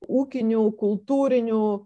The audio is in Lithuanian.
ūkinių kultūrinių